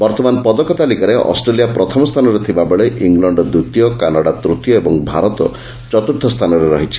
ବର୍ତ୍ତମାନ ପଦକ ତାଲିକାରେ ଅଷ୍ଟ୍ରେଲିଆ ପ୍ରଥମ ସ୍ଥାନରେ ଥିବାବେଳେ ଇଂଲଣ୍ଡ ଦ୍ୱିତୀୟ କାନାଡ଼ା ତୂତୀୟ ଓ ଭାରତ ଚତ୍ରର୍ଥ ସ୍ଥାନରେ ଅଛି